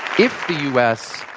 if the u. s.